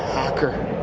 hacker.